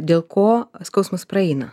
dėl ko skausmas praeina